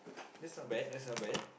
that's not bad that's not bad